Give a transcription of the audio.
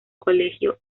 colegio